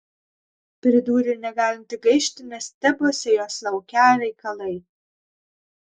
pridūrė negalinti gaišti nes tebuose jos laukią reikalai